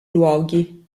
luoghi